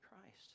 Christ